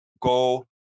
go